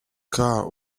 care